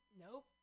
Nope